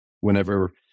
Whenever